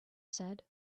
said